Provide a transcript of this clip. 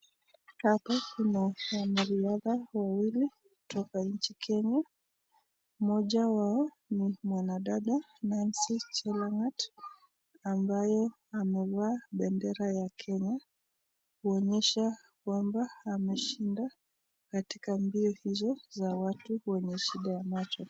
Hapa tunaonyeshwa wanariadha wawili kutoka nchi Kenya. Mmoja wao ni mwanadada Nancy koech Chelangat ambaye amevalia bendera ya Kenya kuonyesha ya kwamba ameshinda katika mbio hizo za watu wenye shida ya macho